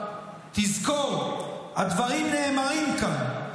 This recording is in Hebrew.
תזכור: הדברים נאמרים כאן,